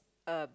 uh